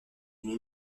d’une